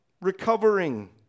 recovering